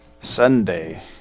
Sunday